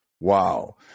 Wow